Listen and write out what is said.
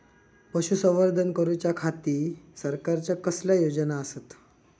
पशुसंवर्धन करूच्या खाती सरकारच्या कसल्या योजना आसत?